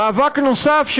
מאבק נוסף,